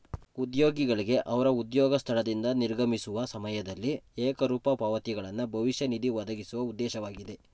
ಉದ್ಯೋಗಿಗಳ್ಗೆ ಅವ್ರ ಉದ್ಯೋಗ ಸ್ಥಳದಿಂದ ನಿರ್ಗಮಿಸುವ ಸಮಯದಲ್ಲಿ ಏಕರೂಪ ಪಾವತಿಗಳನ್ನ ಭವಿಷ್ಯ ನಿಧಿ ಒದಗಿಸುವ ಉದ್ದೇಶವಾಗಿದೆ